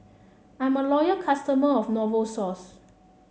I'm a loyal customer of Novosource